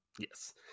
Yes